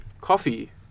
Coffee